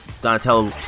Donatello